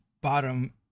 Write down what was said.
bottom